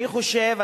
אני חושב,